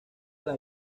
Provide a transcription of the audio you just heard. las